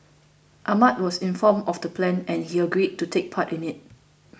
Ahmad was informed of the plan and he agreed to take part in it